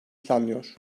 planlıyor